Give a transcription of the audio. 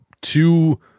two